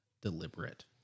deliberate